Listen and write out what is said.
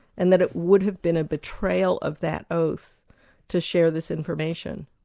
and that it would have been a betrayal of that oath to share this information.